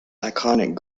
iconic